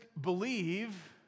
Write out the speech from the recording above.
believe